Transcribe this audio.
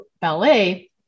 ballet